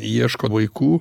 ieško vaikų